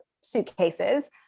suitcases